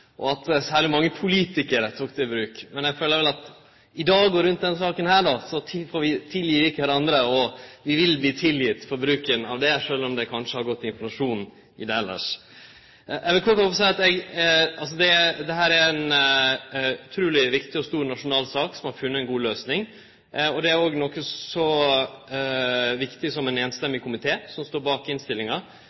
og at særleg mange politikarar tok det i bruk. Men eg føler at i dag i denne saka får vi tilgje kvarandre, og vi vil verte tilgjevne for bruken av det – sjølv om det kanskje har gått inflasjon i det elles. Dette er ei utruleg viktig og stor nasjonal sak som har funne ei god løysing. Det er òg viktig at komiteen står samrøysta bak innstillinga. Det trur eg er fordi ho peikar på vitale, nasjonale interesser vidare i dette, fordi ho på ein god og nyansert måte tek opp dei utfordringane som